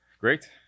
Great